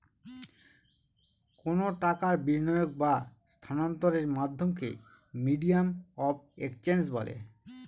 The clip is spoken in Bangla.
কোনো টাকার বিনিয়োগ বা স্থানান্তরের মাধ্যমকে মিডিয়াম অফ এক্সচেঞ্জ বলে